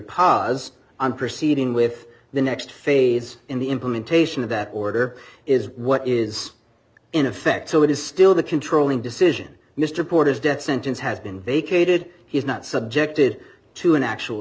pas on proceeding with the next phase in the implementation of that order is what is in effect so it is still the controlling decision mr porter's death sentence has been vacated he's not subjected to an actual